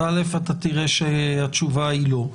אז א' אתה תראה שהתשובה היא לא.